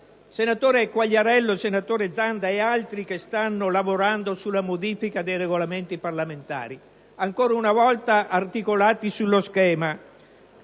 senatori Quagliariello, Zanda e agli altri colleghi che stanno lavorano alla modifica dei Regolamenti parlamentari, ancora una volta articolati sullo schema